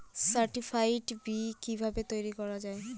Certified বি কিভাবে তৈরি করা যায়?